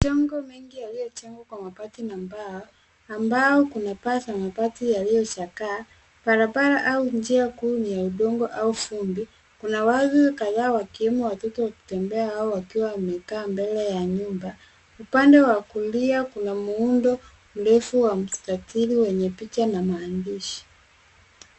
Majengo mengi yaliyojengwa kwa mabati na mbao, ambao kuna paa za mabati yaliyochakaa. Barabara au njia kuu yenye udongo au vumbi. Kuna watu kadhaa, wakiwemo watoto wakitembea au wakiwa wamekaa mbele ya nyumba. Upande wa kulia kuna muundo mrefu wa mstatili wenye picha na maandishi.